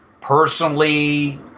personally